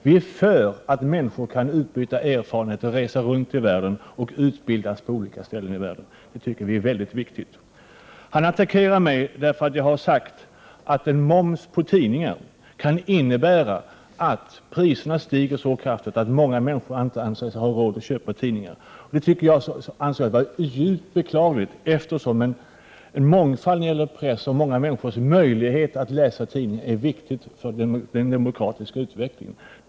Vi är för att människor kan utbyta erfarenheter och resa och få utbildning på olika ställen ute i världen. Detta är väldigt viktigt. Nic Grönvall attackerar mig därför att jag har sagt att moms på tidningar kan innebära så kraftigt höjda priser att många människor inte längre anser sig ha råd att köpa tidningar. Det tycker jag skulle vara djupt olyckligt. Det är ju oerhört viktigt att det finns en mångfald när det gäller pressen och att många människor har möjlighet att läsa tidningar. Detta är viktigt för den demokratiska utvecklingen.